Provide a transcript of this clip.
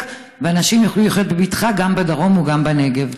ואנשים יוכלו לחיות בבטחה גם בדרום וגם בנגב.